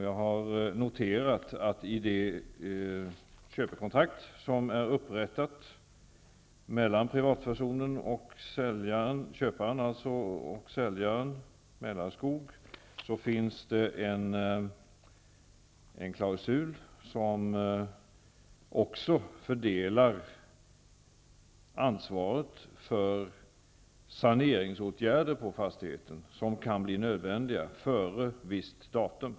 Jag har noterat att det i det köpekontrakt som är upprättat mellan köparen, privatpersonen, och säljaren, Mälarskog, finns en klausul som fördelar ansvaret för de saneringsåtgärder på fastigheten som kan bli nödvändiga före visst datum.